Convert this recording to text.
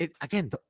again